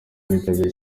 bitabiriye